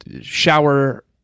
shower